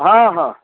हाँ हाँ